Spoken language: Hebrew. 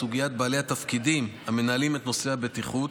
בסוגיית בעלי התפקידים המנהלים את נושא הבטיחות,